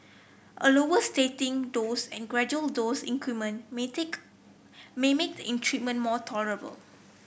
a lower starting dose and gradual dose increment may take may make the treatment more tolerable